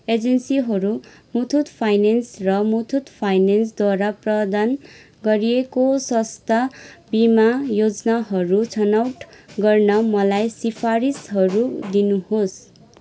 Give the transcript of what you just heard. एजेन्सीहरू मुथुत फाइनेन्स र मुथुत फाइनेन्सद्वारा प्रदान गरिएको स्वास्थ्य बिमा योजनाहरू छनौट गर्न मलाई सिफारिसहरू दिनुहोस्